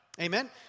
Amen